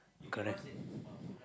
correct